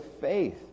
faith